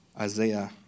Isaiah